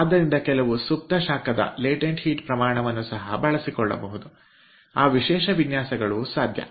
ಆದ್ದರಿಂದ ಒಂದಷ್ಟು ಸುಪ್ತ ಶಾಖದ ಪ್ರಮಾಣವನ್ನು ಸಹ ಬಳಸಿಕೊಳ್ಳಬಹುದು ಆ ವಿಶೇಷ ವಿನ್ಯಾಸಗಳು ಸಾಧ್ಯ ಇದೆ